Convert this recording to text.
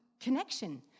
connection